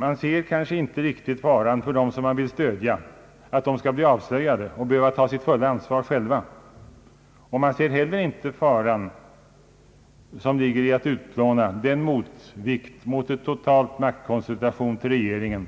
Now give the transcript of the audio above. Man ser kanske inte riktigt faran för dem som man vill stödja, att de skall bli avslöjade och själva behöva ta sitt fulla ansvar. Man ser heller inte den fara som ligger i ett utplånande av den motvikt mot en total maktkoncentration till regeringen,